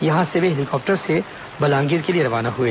यहां से वे हेलीकॉप्टर से बलांगीर के लिए रवाना हुए